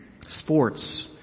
sports